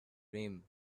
rim